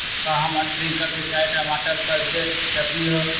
का हम स्प्रिंकल सिंचाई टमाटर पर दे सकली ह?